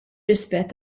rispett